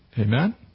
Amen